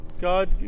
God